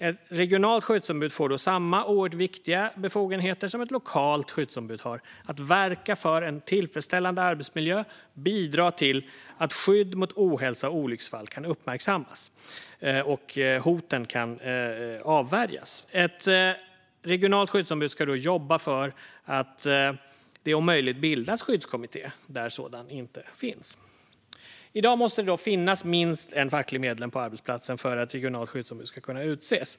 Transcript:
Ett regionalt skyddsombud får då samma oerhört viktiga befogenheter som ett lokalt skyddsombud har att verka för en tillfredsställande arbetsmiljö och bidra till att skydd mot ohälsa och olycksfall kan uppmärksammas och att hoten kan avvärjas. Ett regionalt skyddsombud ska jobba för att det om möjligt ska bildas en skyddskommitté där sådan inte finns. I dag måste det finnas minst en facklig medlem på arbetsplatsen för att ett regionalt skyddsombud ska kunna utses.